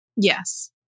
Yes